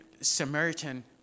Samaritan